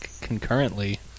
concurrently